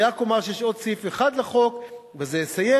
אני רק אומר שיש עוד סעיף אחד בחוק, ובזה אסיים.